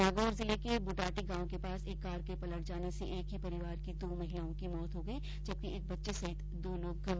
नागौर जिले के बुटाटी गांव के पास एक कार के पलट जाने से एक ही परिवार की दो महिलाओं की मौत हो गई जबकि एक बच्चे सहित दो लोग गंभीर रूप से घायल हो गए